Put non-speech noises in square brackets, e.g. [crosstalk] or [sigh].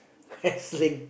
[laughs] wrestling